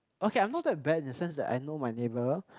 okay I'm not that bad in the sense that I know my neighbour